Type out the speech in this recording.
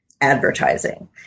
advertising